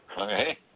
Okay